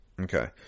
Okay